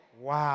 Wow